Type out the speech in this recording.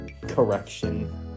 Correction